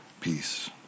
peace